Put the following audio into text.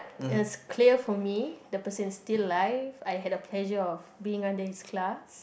is clear for me the person is still alive I had a pleasure of being under his class